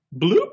Bloop